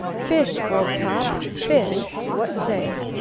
fish, old top, fish! what say?